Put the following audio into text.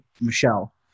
Michelle